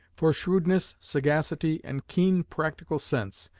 for shrewdness, sagacity, and keen practical sense,